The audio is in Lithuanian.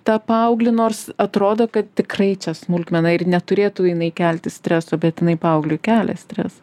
tą paauglį nors atrodo kad tikrai čia smulkmena ir neturėtų jinai kelti streso bet jinai paaugliui kelia stresą